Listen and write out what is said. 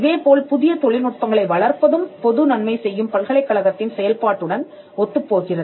இதேபோல் புதிய தொழில்நுட்பங்களை வளர்ப்பதும் பொது நன்மை செய்யும் பல்கலைக்கழகத்தின் செயல்பாட்டுடன் ஒத்துப் போகிறது